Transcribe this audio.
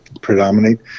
predominate